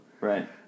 Right